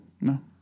no